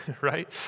right